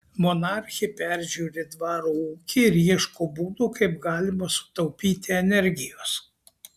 monarchė peržiūri dvaro ūkį ir ieško būdų kaip galima sutaupyti energijos